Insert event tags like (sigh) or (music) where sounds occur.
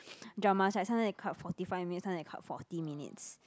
(noise) dramas right sometime they cut forty five minute sometime they cut forty minutes